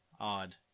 Odd